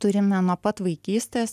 turime nuo pat vaikystės